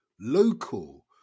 local